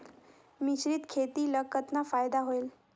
मिश्रीत खेती ल कतना फायदा होयल?